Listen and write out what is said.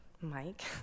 Mike